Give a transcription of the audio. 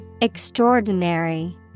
Extraordinary